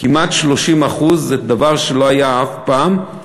כמעט 30%. זה דבר שלא היה אף פעם,